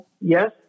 Yes